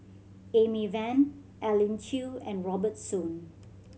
Amy Van Elim Chew and Robert Soon